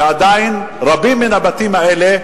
שעדיין רבים מן הבתים האלה,